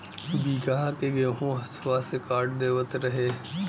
बीघहा के गेंहू हसुआ से काट देवत रहे